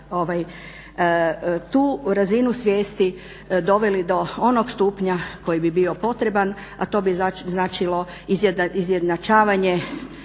tu razinu svijesti doveli do onog stupnja koji bi bio potreban, a to bi značilo izjednačavanje